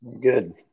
Good